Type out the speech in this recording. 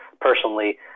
personally